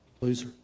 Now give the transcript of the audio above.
Loser